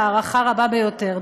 הערכה רבה ביותר.